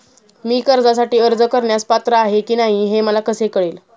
मी कर्जासाठी अर्ज करण्यास पात्र आहे की नाही हे मला कसे कळेल?